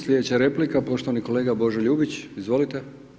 Slijedeća replika poštovani kolega Božo Ljubić, izvolite.